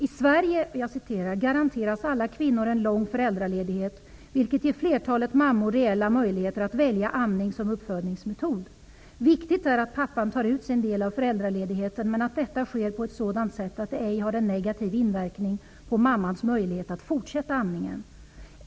''I Sverige garanteras alla kvinnor en lång föräldraledighet, vilket ger flertalet mammor reella möjligheter att välja amning som uppfödningsmetod. Viktigt är att pappan tar ut sin del av föräldraledigheten, men att detta sker på ett sådant sätt att det ej har en negativ inverkan på mammans möjligheter att fortsätta amningen.